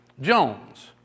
Jones